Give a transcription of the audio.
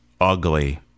ugly